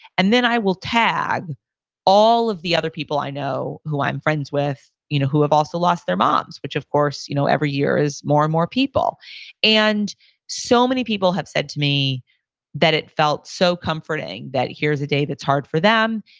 and then i will tag all of the other people i know who i'm friends with you know who have also lost their moms. which, of course, you know every year is more and more people and so many people have said to me that it felt so comforting that here's a day that's hard for them,